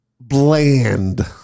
bland